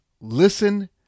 listen